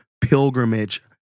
pilgrimage